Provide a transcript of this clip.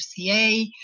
FCA